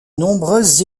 nombreuses